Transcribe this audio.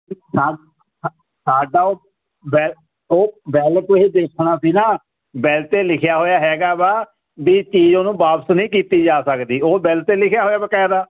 ਸਾ ਸਾਡਾ ਉਹ ਵੈ ਉਹ ਬਿਲ ਤੁਸੀਂ ਦੇਖਣਾ ਸੀ ਨਾ ਬਿਲ ਤੇ ਲਿਖਿਆ ਹੋਇਆ ਹੈਗਾ ਵਾ ਵੀ ਚੀਜ਼ ਉਹਨੂੰ ਵਾਪਸ ਨਹੀਂ ਕੀਤੀ ਜਾ ਸਕਦੀ ਉਹ ਬਿੱਲ ਤੇ ਲਿਖਿਆ ਹੋਇਆ ਬਕਾਇਦਾ